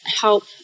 help